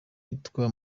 witwa